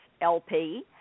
LP